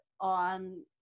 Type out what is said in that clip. on